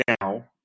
Now